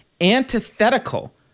antithetical